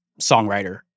songwriter